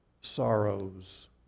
sorrows